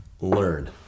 learn